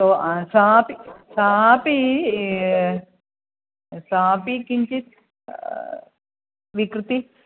ओ सापि सपि सापि किञ्चित् विकृतिः